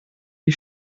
wie